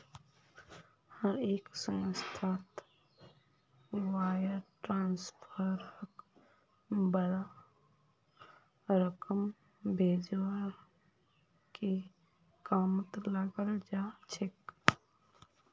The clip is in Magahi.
हर एक संस्थात वायर ट्रांस्फरक बडा रकम भेजवार के कामत लगाल जा छेक